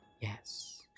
Yes